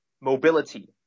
mobility